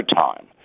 time